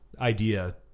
idea